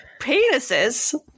penises